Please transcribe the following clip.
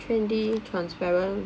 trendy transparent